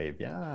bien